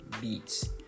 beats